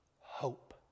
hope